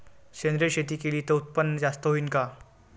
सेंद्रिय शेती केली त उत्पन्न जास्त होईन का?